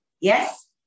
Yes